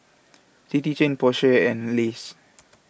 City Chain Porsche and Lays